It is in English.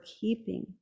keeping